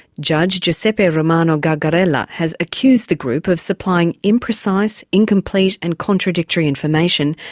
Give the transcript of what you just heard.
judge giuseppe romano gargarella has accused the group of supplying imprecise, incomplete and contradictory information',